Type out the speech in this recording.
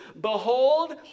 behold